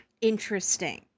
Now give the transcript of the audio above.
Interesting